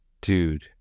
dude